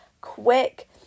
quick